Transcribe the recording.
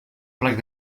plec